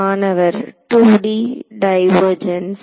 மாணவர் 2D divergence